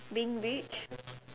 being rich